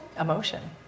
emotion